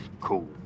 cool